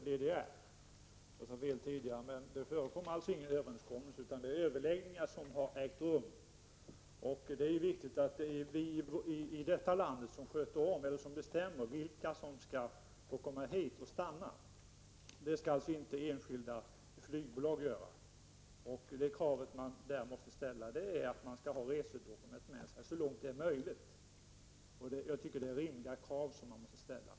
Fru talman! Vi har heller inte någon överenskommelse med DDR. Det föreligger ingen överenskommelse utan det är överläggningar som har ägt rum. Det är viktigt att framhålla att det är vi i detta land som bestämmer vilka som får komma hit och stanna. Det skall inte enskilda flygbolag göra. Det krav man ställer är att de så långt det är möjligt har resedokument med. Det är ett rimligt krav som ställs.